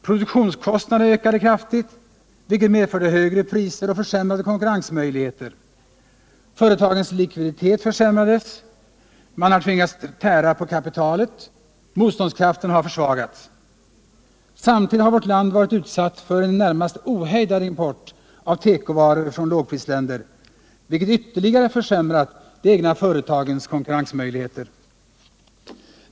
Produktionskostnaderna ökade kraftigt, vilket medförde högre priser och försämrade konkurrensmöjligheter. Företagens likviditet försämrades, man har tvingats tära på kapitalet, motståndskraften har försvagats. Samtidigt har vårt land varit utsatt för en närmast ohejdad import av tekovaror från lågprisländer, vilket ytterligare försämrat de egna företagens konkurrensmöjligheter.